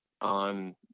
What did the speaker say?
on